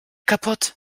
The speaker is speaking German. kaputt